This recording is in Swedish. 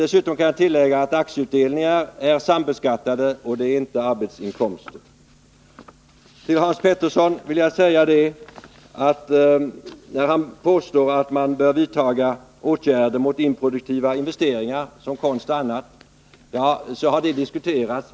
Dessutom är aktieutdelningar sambeskattade, och det är inte arbetsinkomster. Till Hans Petersson i Hallstahammar vill jag säga, när han påstår att man bör vidta åtgärder mot improduktiva investeringar i konst och annat, att saken har diskuterats.